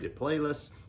playlists